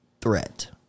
threat